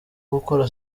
gukora